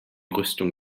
rüstung